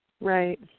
Right